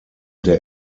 der